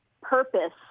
purpose